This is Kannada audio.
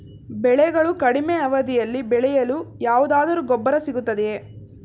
ಬೆಳೆಗಳು ಕಡಿಮೆ ಅವಧಿಯಲ್ಲಿ ಬೆಳೆಯಲು ಯಾವುದಾದರು ಗೊಬ್ಬರ ಸಿಗುತ್ತದೆಯೇ?